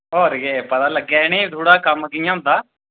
होर केह् पता लगै इ'नेंई थोड़ा कम्म कि'यां होंदा